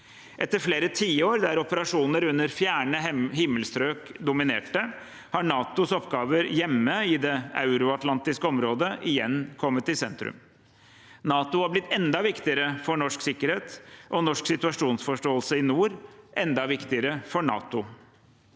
Etter flere tiår der operasjoner under fjerne himmelstrøk dominerte, har NATOs oppgaver hjemme i det euroatlantiske området igjen kommet i sentrum. NATO har blitt enda viktigere for norsk sikkerhet og norsk situasjonsforståelse i nord, og enda viktigere for NATO.